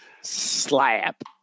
Slap